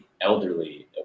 elderly